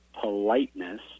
politeness